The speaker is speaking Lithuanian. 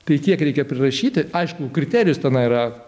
tai kiek reikia prirašyti aišku kriterijus tenai yra